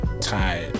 tied